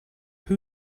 who